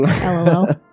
lol